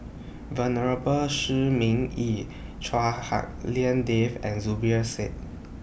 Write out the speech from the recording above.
Venerable Shi Ming Yi Chua Hak Lien Dave and Zubir Said